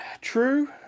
true